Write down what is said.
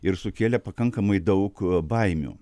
ir sukėlė pakankamai daug baimių